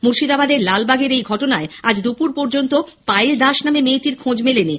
মুর্শিদাবাদের লালবাগের এই ঘটনায় আজ দুপুর পর্যন্ত পায়েল দাস নামে মেয়েটির খোঁজ মেলেনি